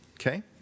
okay